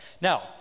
now